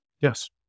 Yes